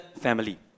family